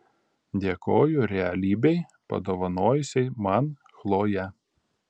dėkoju realybei padovanojusiai man chloję